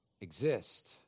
exist